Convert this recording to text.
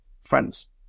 friends